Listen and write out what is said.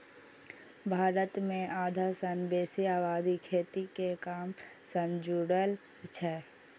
भारत मे आधा सं बेसी आबादी खेती के काम सं जुड़ल छै